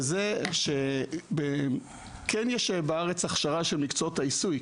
וזה שכן יש בארץ הכשרה של מקצועות העיסוי.